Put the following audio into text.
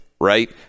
Right